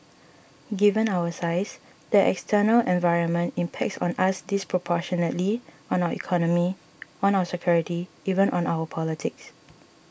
given our size the external environment impacts on us disproportionately on our economy on our security even on our politics